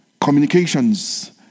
communications